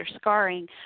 scarring